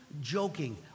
joking